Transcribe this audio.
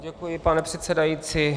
Děkuji, pane předsedající.